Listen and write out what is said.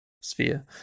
sphere